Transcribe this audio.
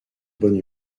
bonne